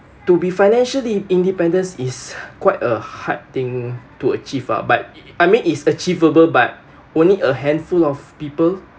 to be financially independence is quite a hard thing to achieve ah but I mean is achievable but only a handful of people